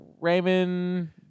Raymond